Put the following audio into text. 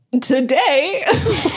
Today